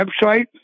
website